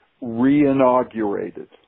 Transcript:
re-inaugurated